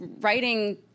writing